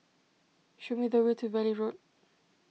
show me the way to Valley Road